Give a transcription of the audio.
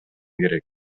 керек